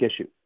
issue